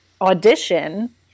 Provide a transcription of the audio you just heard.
audition